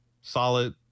solid